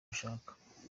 mushaka